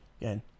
Again